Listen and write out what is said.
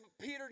Peter